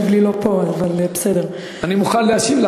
לא, את יכולה להתחיל לדבר, אני מקווה שבכל